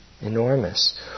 Enormous